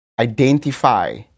identify